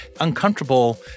uncomfortable